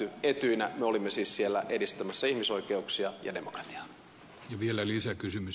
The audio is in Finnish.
etyjinä me olimme siis siellä edistämässä ihmisoikeuksia ja demokratiaa